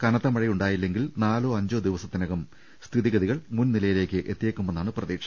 കനത്ത മഴയുണ്ടായില്ലെങ്കിൽ നാലോ അഞ്ചോ ദിവസ ത്തിനകം സ്ഥിതിഗതിൽ മുൻ നിലയിലേക്ക് എത്തിയേ ക്കുമെന്നാണ് പ്രതീക്ഷ